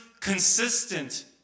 consistent